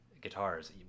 guitars